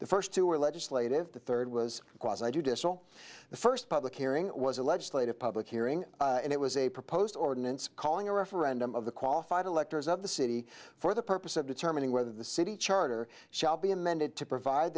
the first two were legislative the third was because i do this all the first public hearing was a legislative public hearing and it was a proposed ordinance calling a referendum of the qualified electors of the city for the purpose of determining whether the city charter shall be amended to provide